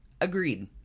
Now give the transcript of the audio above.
Agreed